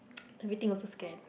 everything also scared